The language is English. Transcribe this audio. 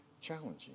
challenging